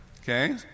Okay